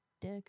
dick